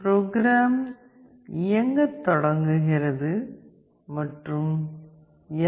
program இயங்கத் தொடங்குகிறது மற்றும் எல்